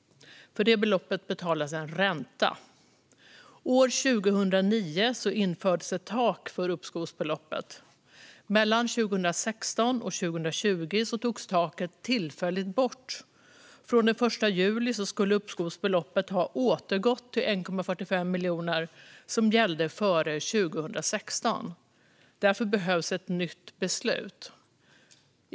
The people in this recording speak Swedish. För det beloppet betalas en ränta. År 2009 infördes ett tak för uppskovsbeloppet. Mellan 2016 och 2020 togs taket tillfälligt bort. Från den 1 juli skulle uppskovsbeloppet ha återgått till 1,45 miljoner kronor, som gällde före 2016. Därför behövs ett nytt beslut.